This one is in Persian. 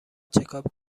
چکاپ